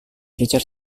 richard